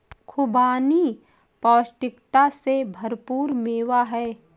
खुबानी पौष्टिकता से भरपूर मेवा है